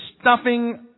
stuffing